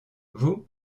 vous